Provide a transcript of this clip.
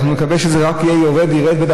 ואנחנו נקווה שזה רק ירד וירד,